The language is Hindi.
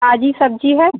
ताजी सब्ज़ी है